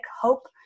hope